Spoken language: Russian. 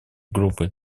группы